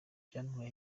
byantwaye